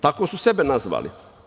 Tako su sebe nazvali.